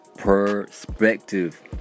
perspective